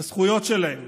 בזכויות שלהם,